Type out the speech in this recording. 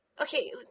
Okay